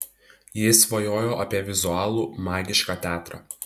ji svajojo apie vizualų magišką teatrą